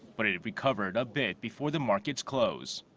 but it it recovered a bit before the market's close.